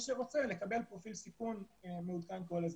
שרוצה לקבל פרופיל סיכון מעודכן כל הזמן.